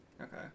Okay